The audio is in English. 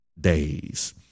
days